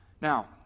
Now